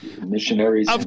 missionaries